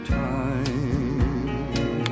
time